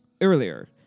earlier